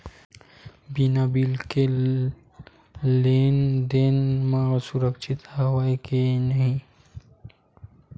बिना बिल के लेन देन म सुरक्षा हवय के नहीं?